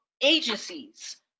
agencies